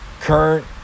current